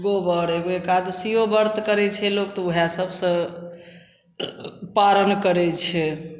गोबर एगो एकादशिओ वर्त करै छै लोक तऽ वएहसबसे पारण करै छै